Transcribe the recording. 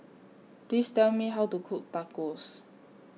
Please Tell Me How to Cook Tacos